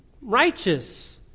righteous